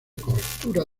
cobertura